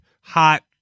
hot